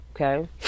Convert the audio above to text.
okay